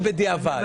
בדיעבד.